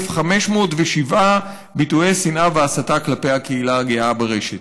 133,507 ביטויי שנאה והסתה כלפי הקהילה הגאה ברשת.